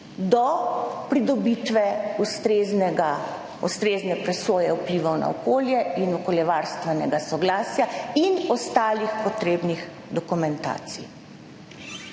do pridobitve ustrezne presoje vplivov na okolje in okoljevarstvenega soglasja ter ostalih potrebnih dokumentacij.